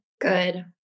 good